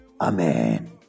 Amen